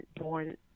born